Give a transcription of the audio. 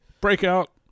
Breakout